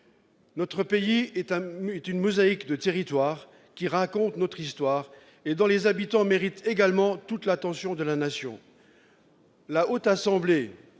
Notre pays est une mosaïque de territoires qui racontent notre histoire et dont les habitants méritent également toute l'attention de la Nation. La Haute Assemblée,